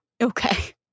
Okay